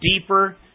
deeper